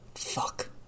fuck